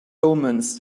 omens